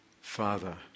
Father